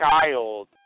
child